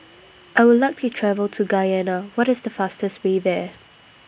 I Would like to travel to Guyana What IS The fastest Way There